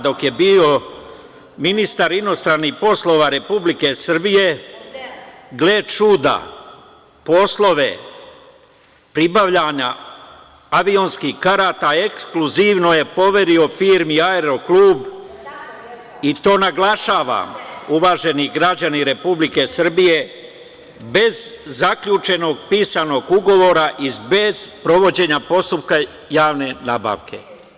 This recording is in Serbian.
Dok je bio ministar inostranih poslova Republike Srbije, gle čuda poslove pribavljanja avionskih karata ekskluzivno je poverio firmi „Aeroklub“ i to naglašavam, uvaženi građani Republike Srbije, bez zaključenog pisanog ugovora i bez sprovođenja postupka javne nabavke.